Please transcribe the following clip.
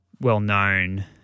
well-known